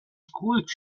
schools